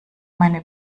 meine